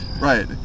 right